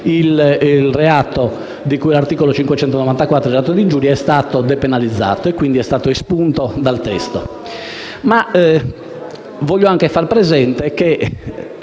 il reato di cui a tale articolo (reato d'ingiuria) è stato depenalizzato, quindi è stato espunto dal testo.